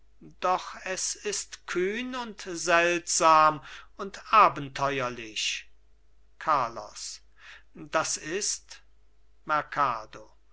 doch es ist kühn und seltsam und abenteuerlich carlos das ist